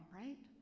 right